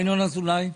ינון אזולאי.